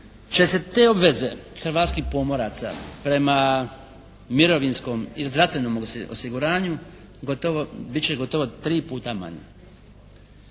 će se te obveze hrvatskih pomoraca prema mirovinskom i zdravstvenom osiguranju biti će gotovo tri puta manje.